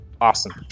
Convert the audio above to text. Awesome